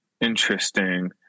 Interesting